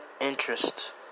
interest